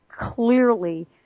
clearly